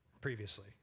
previously